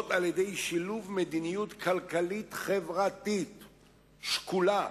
על-ידי שילוב של מדיניות כלכלית-חברתית שקולה,